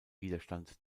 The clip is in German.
widerstand